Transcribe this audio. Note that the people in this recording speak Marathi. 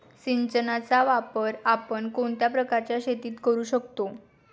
सिंचनाचा वापर आपण कोणत्या प्रकारच्या शेतीत करू शकतो?